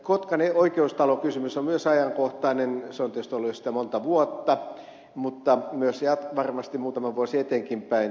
kotkan oikeustalo kysymys on myös ajankohtainen se on tietysti ollut sitä jo monta vuotta mutta myös varmasti muutama vuosi eteenkinpäin